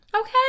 okay